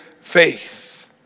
faith